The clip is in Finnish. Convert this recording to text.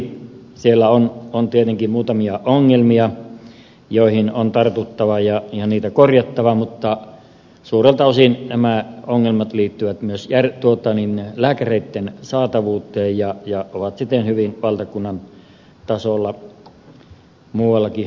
siellä on tietenkin muutamia ongelmia joihin on tartuttava ja niitä korjattava mutta suurelta osin nämä ongelmat liittyvät lääkäreitten saatavuuteen ja ovat siten hyvin valtakunnan tasolla muuallakin havaittavissa